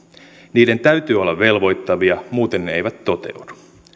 niiden täytyy olla velvoittavia muuten ne eivät toteudu